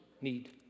need